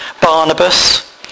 Barnabas